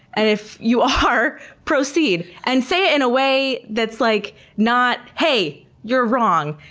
and if you are, proceed and say it in a way that's like not, hey, you're wrong.